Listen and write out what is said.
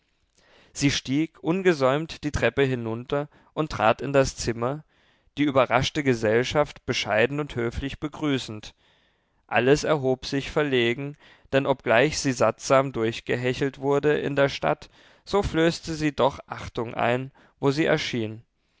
sie stieg ungesäumt die treppe hinunter und trat in das zimmer die überraschte gesellschaft bescheiden und höflich begrüßend alles erhob sich verlegen denn obgleich sie sattsam durchgehechelt wurde in der stadt so flößte sie doch achtung ein wo sie erschien